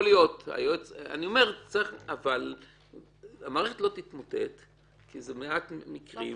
המערכת לא תתמוטט כי זה מעט מקרים,